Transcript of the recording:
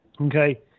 Okay